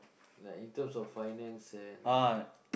like in terms of finance and